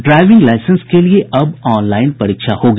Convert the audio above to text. driving licence के लिए अब ऑनलाईन परीक्षा होगी